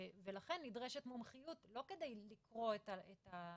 ולכן נדרשת מומחיות, לא כדי לקרוא את הטקסט,